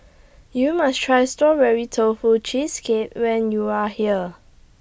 YOU must Try Strawberry Tofu Cheesecake when YOU Are here